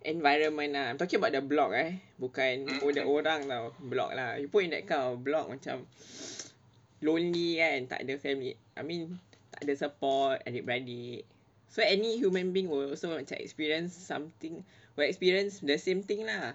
environment ah I'm talking about the block eh bukan the orang-orang lah block lah you put in that kind of block macam lonely kan takde family I mean takde support adik-beradik so any human being will also macam experience something will experience the same thing lah